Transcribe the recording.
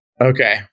Okay